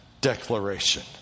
declaration